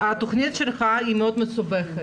התכנית שלך היא מאוד מסובכת.